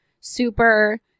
super